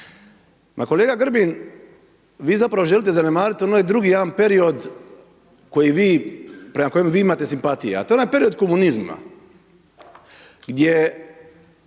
Ma kolega Grbin vi zapravo želite zanemariti onaj drugi jedan period koji vi, prema kojem vi imate simpatije a to je onaj period komunizma gdje,